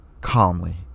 calmly